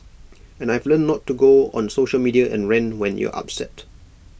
and I've learnt not to go on social media and rant when you're upset